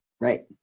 Right